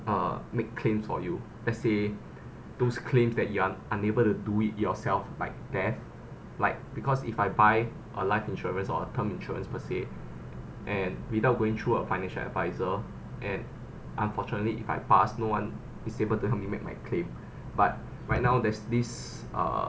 uh make claims for you let's say those claims that you're unable to do it yourself like there like because if I buy or life insurance or term insurance per se and without going through a financial adviser and unfortunately if I passed no one is able to help me make my claim but right now there's this uh